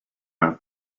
have